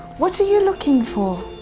what are you looking for? oh,